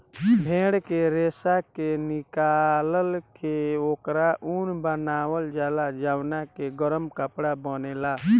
भेड़ के रेशा के निकाल के ओकर ऊन बनावल जाला जवना के गरम कपड़ा बनेला